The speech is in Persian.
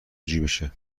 جیبشه